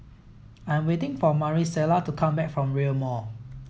I'm waiting for Marisela to come back from Rail Mall